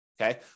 okay